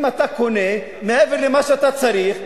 אם אתה קונה מעבר למה שאתה צריך,